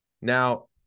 Now